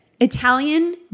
Italian